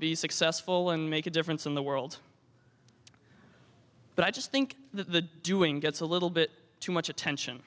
be successful and make a difference in the world but i just think the doing gets a little bit too much attention